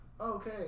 okay